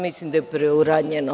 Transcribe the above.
Mislim da je preuranjeno.